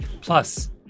Plus